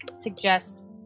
suggest